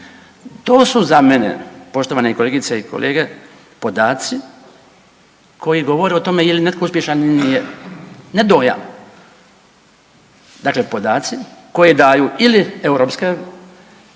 To su za mene poštovane kolegice i kolege podaci koji govore o tome je li netko uspješan ili nije. Ne dojam. Dakle podaci koje daju ili europske agencije,